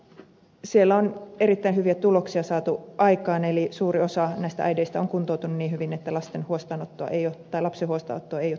siellä on erittäin hyviä tuloksia saatu aikaan eli suuri osa näistä äideistä on kuntoutunut niin hyvin että lapsen huostaanottoa ei ole tarvittu